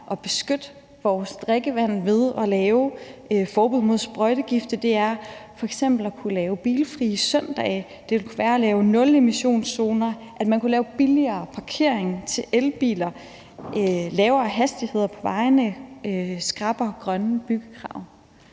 og beskytte vores drikkevand ved at lave forbud mod sprøjtegifte, det er f.eks. at kunne lave bilfrie søndage, det kunne være at lave nulemissionszoner, og at man kunne lave billigere parkering til elbiler, lavere hastigheder på vejene eller skrappere grønne byggekrav.